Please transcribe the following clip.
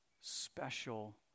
special